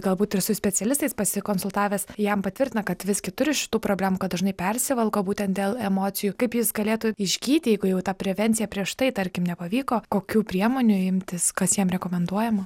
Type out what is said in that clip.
galbūt ir su specialistais pasikonsultavęs jam patvirtina kad vis gi turi šitų problemų kad dažnai persivalgo būtent dėl emocijų kaip jis galėtų išgyti jeigu jau ta prevencija prieš tai tarkim nepavyko kokių priemonių imtis kas jam rekomenduojama